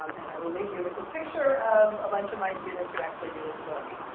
and i will leave you with this picture of a bunch of my students who actually do this work.